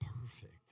perfect